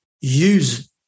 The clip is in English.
use